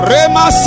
Rema